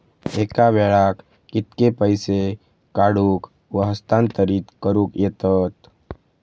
एका वेळाक कित्के पैसे काढूक व हस्तांतरित करूक येतत?